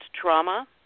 trauma